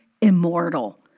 immortal